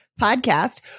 podcast